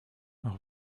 leur